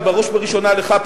ובראש וראשונה לך,